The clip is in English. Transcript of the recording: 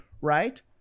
Right